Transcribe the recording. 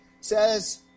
says